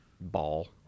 ball